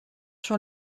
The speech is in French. sur